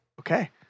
Okay